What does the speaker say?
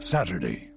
Saturday